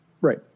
Right